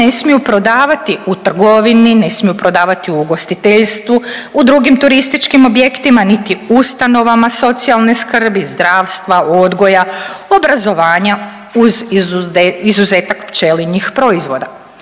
ne smiju prodavati u trgovini, ne smiju prodavati u ugostiteljstvu, u drugim turističkim objektima niti ustanovama socijalne skrbi, zdravstva, odgoja, obrazovanja uz izuzetak pčelinjih proizvoda.